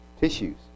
tissues